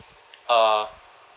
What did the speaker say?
uh